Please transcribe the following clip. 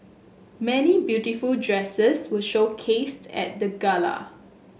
many beautiful dresses were showcased at the gala